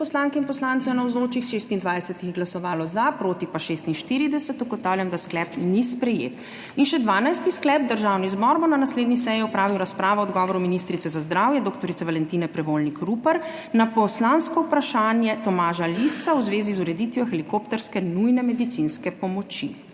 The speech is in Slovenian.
za, proti pa 46. (Za je glasovalo 26.) (Proti 46.) Ugotavljam, da sklep ni sprejet. In še dvanajsti sklep: Državni zbor bo na naslednji seji opravil razpravo o odgovoru ministrice za zdravje dr. Valentine Prevolnik Rupel na poslansko vprašanje Tomaža Lisca v zvezi z ureditvijo helikopterske nujne medicinske pomoči.